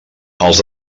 els